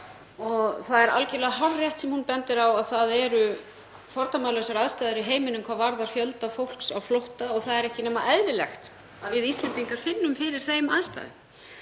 Það er algerlega hárrétt sem hún bendir á að það eru fordæmalausar aðstæður í heiminum hvað varðar fjölda fólks á flótta og það er ekki nema eðlilegt að við Íslendingar finnum fyrir þeim aðstæðum.